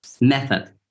method